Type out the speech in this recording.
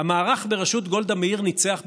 המערך בראשות גולדה מאיר ניצח בבחירות.